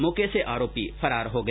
मौके से आरोपी फरार हो गया